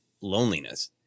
loneliness